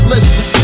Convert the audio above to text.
Listen